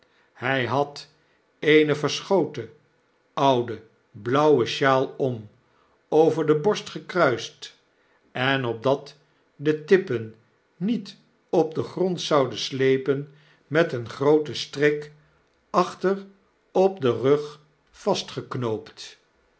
htf had eene verschoten oude blauwe sjaal om over de borst gekruist en opdat de tippen niet op den grond zouden slepen met een grooten strik achter op den rug